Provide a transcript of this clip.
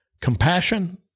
compassion